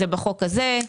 זה בחוק הזה,